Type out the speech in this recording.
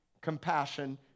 compassion